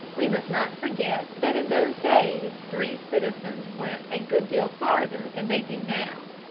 we must not forget that in those days three citizens went a good deal farther than they do now.